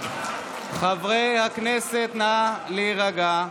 חברי הכנסת, נא להירגע.